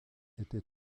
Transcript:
était